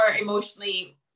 emotionally